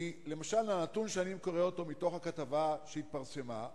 למשל, הנתון שאני קורא מתוך הכתבה שהתפרסמה,